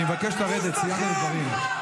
אני מבקש לרדת, סיימת את הדברים.